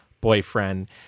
boyfriend